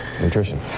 nutrition